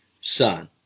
Son